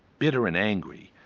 bitter and angry.